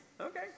Okay